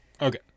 Okay